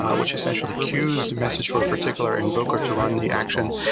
which essentially queues the message for a particular invoker to run the action.